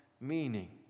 meaning